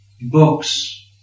books